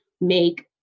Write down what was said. make